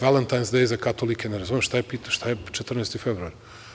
Valentines day za katolike, ne razumem šta je 14. februar?